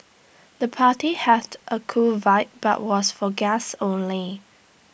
the party had A cool vibe but was for guests only